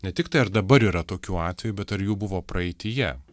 ne tik tai ar dabar yra tokių atvejų bet ar jų buvo praeityje